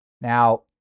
Now